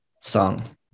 song